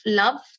love